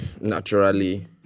naturally